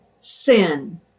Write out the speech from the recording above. sin